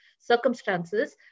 circumstances